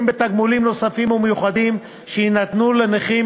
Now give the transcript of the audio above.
בתגמולים נוספים ומיוחדים שיינתנו לנכים,